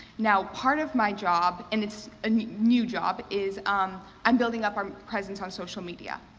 now part of my job, and it's a new job, is um i'm building up our presence on social media.